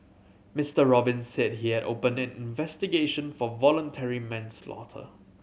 Mister Robin said he had opened an investigation for voluntary manslaughter